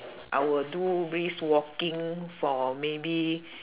I will do brisk walking for maybe